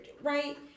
Right